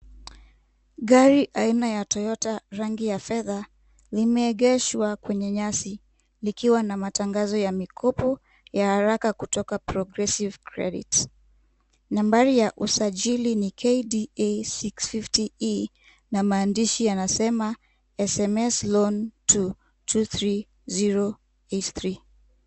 Gari aina ya toyota rangi ya fedha limeegeshwa kwenye nyasi likiwa na matangazo ya mikopo ya haraka kutoka progressive credit. Nambari ya usajili ni KDA 650E na maandishi yanasema SMS loan to two three zero eight three .